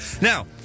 Now